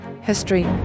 history